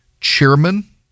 chairman